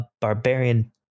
barbarian